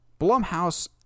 Blumhouse